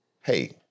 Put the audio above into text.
hey